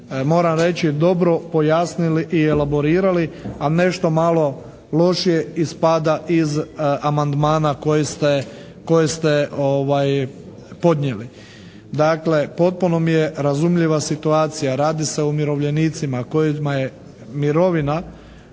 moram reći dobro pojasnili i elaborirali. A nešto malo lošije ispada iz amandmana koje ste podnijeli. Dakle potpuno mi je razumljiva situacija. Radi se o umirovljenicima kojima je mirovina